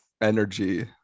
energy